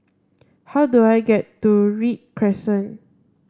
how do I get to Read Crescent